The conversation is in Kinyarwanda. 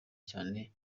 cyane